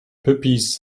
puppies